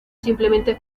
simplemente